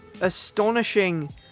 astonishing